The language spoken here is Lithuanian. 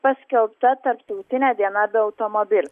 paskelbta tarptautinė diena be automobilio